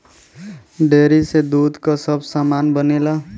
dairy में दूध क सब सामान बनेला